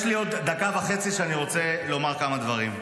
יש לי עוד דקה וחצי שבה אני רוצה לומר כמה דברים.